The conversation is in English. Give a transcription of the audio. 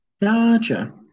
gotcha